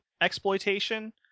exploitation